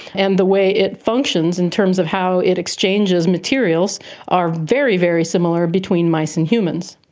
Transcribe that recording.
and the way it functions in terms of how it exchanges materials are very, very similar between mice and humans.